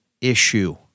issue